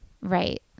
Right